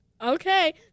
Okay